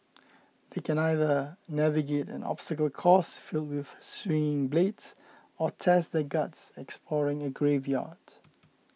they can either navigate an obstacle course filled with swinging blades or test their guts exploring a graveyard